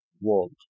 world